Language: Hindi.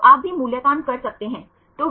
तो आप भी मूल्यांकन कर सकते हैं